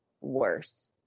worse